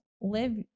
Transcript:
live